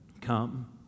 Come